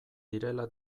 direla